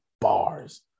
bars